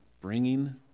bringing